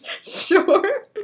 Sure